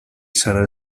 serà